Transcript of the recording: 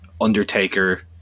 Undertaker